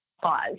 pause